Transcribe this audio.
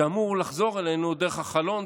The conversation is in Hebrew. שאמור לחזור אלינו דרך החלון,